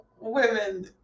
women